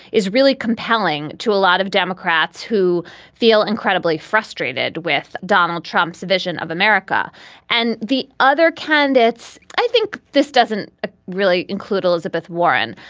is really compelling to a lot of democrats who feel incredibly frustrated with donald trump's vision of america and the other candidates, i think this doesn't ah really include elizabeth warren,